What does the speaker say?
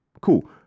cool